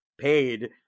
paid